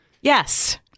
Yes